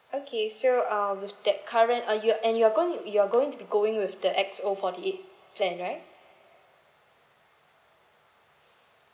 okay so uh with that current uh you and you're going you're going with the X_O forty eight plan right